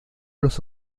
los